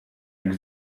jak